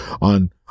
on